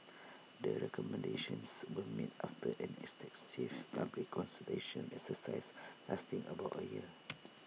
the recommendations were made after an extensive public consultation exercise lasting about A year